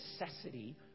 necessity